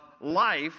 life